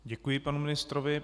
Děkuji panu ministrovi.